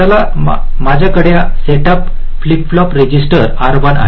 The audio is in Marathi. चला माझ्याकडे setup flip flop register R1 आहे